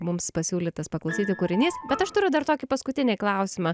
mums pasiūlytas paklausyti kūrinys bet aš turiu dar tokį paskutinį klausimą